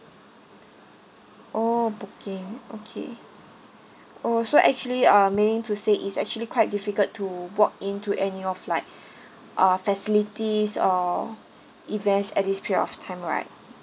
oh booking okay oh so actually uh meaning to say its actually quite difficult to walk into any of like uh facilities or events at this period of time right